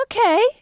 Okay